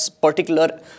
particular